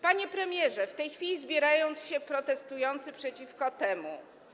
Panie premierze, w tej chwili zbierają się protestujący przeciwko temu.